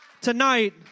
tonight